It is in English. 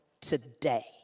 today